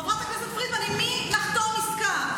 חברת הכנסת פרידמן, עם מי נחתום עסקה?